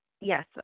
Yes